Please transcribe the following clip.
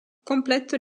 complètent